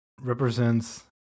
represents